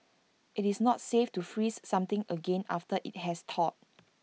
IT is not safe to freeze something again after IT has thawed